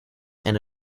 and